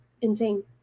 insane